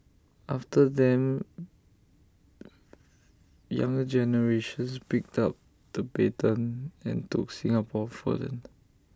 after them younger generations picked up the baton and took Singapore further